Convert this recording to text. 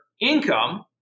income